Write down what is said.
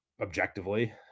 objectively